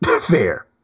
Fair